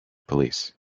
police